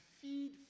feed